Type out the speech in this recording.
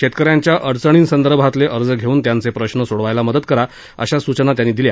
शेतकऱ्यांच्या अडचणींसंदर्भातले अर्ज घेऊन त्यांचे प्रश्न सोडवायला मदत करा अशा सुचना त्यांनी दिल्या